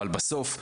אבל בסוף,